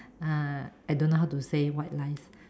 uh I don't know how to say white lies